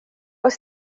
oes